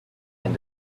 and